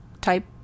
type